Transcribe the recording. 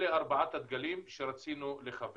אלה ארבעת הדגלים שרצינו לכוון.